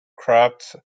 crafts